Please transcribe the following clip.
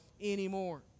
anymore